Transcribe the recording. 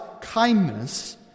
kindness